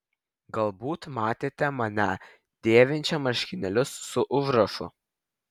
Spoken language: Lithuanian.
galbūt matėte mane dėvinčią marškinėlius su užrašu